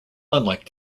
unlike